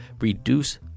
reduce